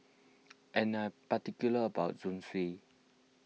and I particular about Zosui